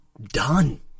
done